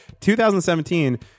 2017